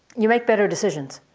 you make better decisions,